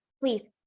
please